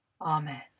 Amen